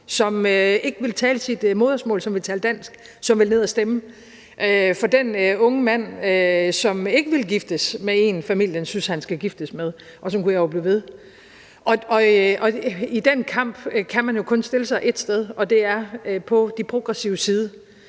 som ikke vil tale sit modersmål, men vil tale dansk; som vil ned at stemme; og for den unge mand, som ikke vil giftes med en, familien synes han skal giftes med. Og sådan kunne jeg blive ved. I den kamp kan man jo kun stille sig ét sted, og det er på de progressives side,